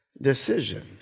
decision